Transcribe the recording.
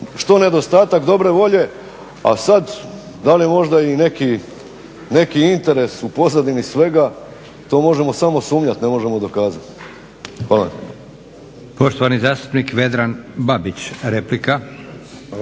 što nedostatak dobre volje, a sad da li je možda i neki interes u pozadini svega to možemo samo sumnjati, ne možemo dokazati. Hvala.